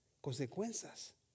consecuencias